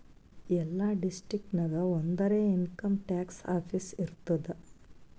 ಎಲ್ಲಾ ಡಿಸ್ಟ್ರಿಕ್ಟ್ ನಾಗ್ ಒಂದರೆ ಇನ್ಕಮ್ ಟ್ಯಾಕ್ಸ್ ಆಫೀಸ್ ಇರ್ತುದ್